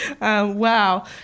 Wow